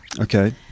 Okay